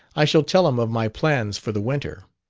i shall tell him of my plans for the winter.